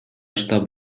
штаб